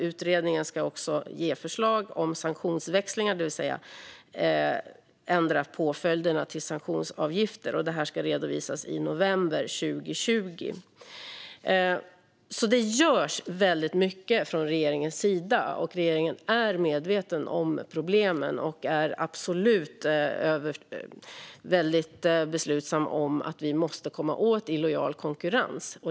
Utredningen ska ge förslag om sanktionsväxlingar, det vill säga ändra påföljderna till sanktionsavgifter. Detta ska redovisas i november 2020. Det görs alltså väldigt mycket från regeringens sida, och regeringen är medveten om problemen och absolut besluten att komma åt illojal konkurrens.